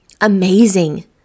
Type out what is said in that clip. Amazing